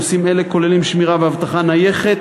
נושאים אלה כוללים שמירה ואבטחה נייחת